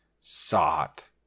sought